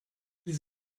ils